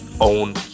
own